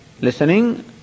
listening